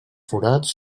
forats